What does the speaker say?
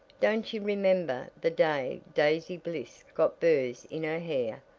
don't you remember the day daisy bliss got burrs in her hair?